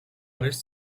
არის